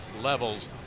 levels